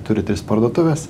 turi tris parduotuves